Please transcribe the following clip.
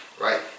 Right